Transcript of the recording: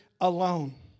alone